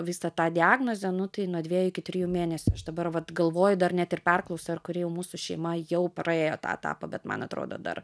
visą tą diagnozę nu tai nuo dviejų iki trijų mėnesių aš dabar vat galvoju dar net ir perklausiu ar kuri jau mūsų šeima jau praėjo tą etapą bet man atrodo dar